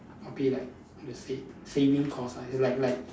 probably like the save saving course ah like like